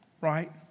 right